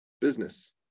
business